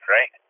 Right